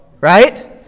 right